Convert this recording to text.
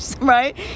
right